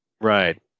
Right